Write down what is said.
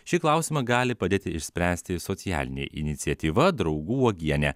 šį klausimą gali padėti išspręsti socialinė iniciatyva draugų uogienė